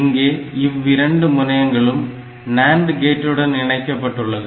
இங்கே இவ்விரண்டு முனையங்களும் NAND கேட்டுடன் இணைக்கப்பட்டுள்ளது